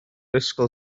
ysgol